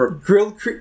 grilled